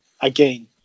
again